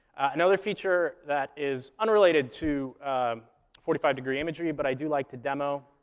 another feature that is unrelated to forty five degree imagery, but i do like to demo